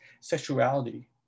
sexuality